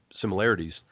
similarities